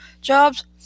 jobs